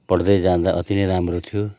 पढ्दै जाँदा अति नै राम्रो थियो